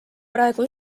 praegu